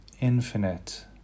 infinite